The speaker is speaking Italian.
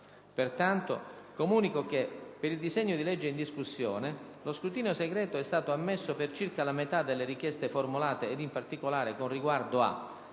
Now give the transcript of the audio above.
Pertanto comunico che, per il disegno di legge in discussione, lo scrutinio segreto è stato ammesso per circa la metà delle richieste formulate e in particolare con riguardo a: